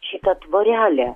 šitą tvorelę